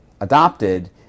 adopted